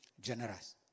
generous